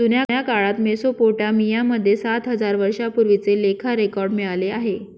जुन्या काळात मेसोपोटामिया मध्ये सात हजार वर्षांपूर्वीचे लेखा रेकॉर्ड मिळाले आहे